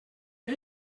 que